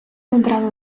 одразу